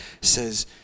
says